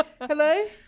Hello